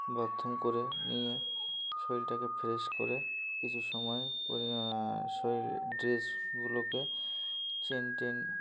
bathroom করে নিয়ে শরীরটাকে ফ্রেশ করে কিছু সময় পরে শরীরের ড্রেসগুলোকে চেইন টেইন